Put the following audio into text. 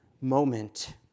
moment